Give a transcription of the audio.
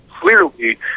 clearly